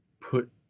put